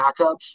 backups